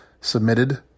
submitted